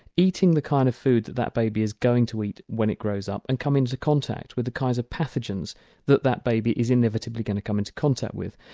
eating the kind of food that that baby is going to eat when it grows up and come into contact with the kinds of pathogens that that baby is inevitably going to come into contact with.